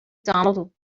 donald